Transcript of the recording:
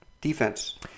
Defense